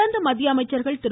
தொடர்ந்து மத்திய அமைச்சர்கள் திரு